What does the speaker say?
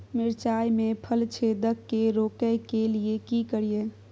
मिर्चाय मे फल छेदक के रोकय के लिये की करियै?